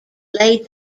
laid